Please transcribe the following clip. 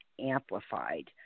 amplified